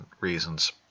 reasons